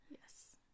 Yes